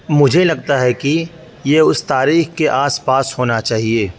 مجھے لگتا ہے کہ یہ اس تاریخ کے آس پاس ہونا چاہیے